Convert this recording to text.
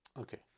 okay